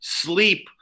sleep